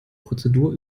prozedur